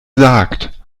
sagt